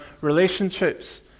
relationships